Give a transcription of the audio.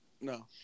No